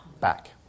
back